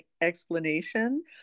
explanation